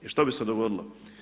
I šta bi se dogodilo?